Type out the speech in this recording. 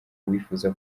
wifuza